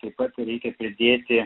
taip pat reikia pridėti